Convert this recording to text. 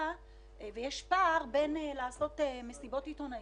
ויש פער בין לעשות מסיבות עיתונאים,